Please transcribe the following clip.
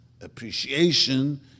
appreciation